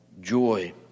joy